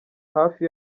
hafi